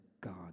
God